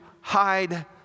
hide